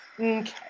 Okay